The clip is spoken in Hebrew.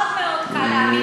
מאוד מאוד קל להאמין,